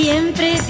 Siempre